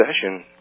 session